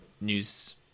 news